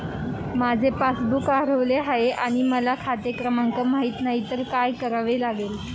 माझे पासबूक हरवले आहे आणि मला खाते क्रमांक माहित नाही तर काय करावे लागेल?